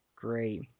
great